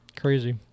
crazy